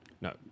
No